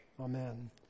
Amen